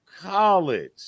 college